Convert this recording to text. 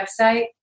website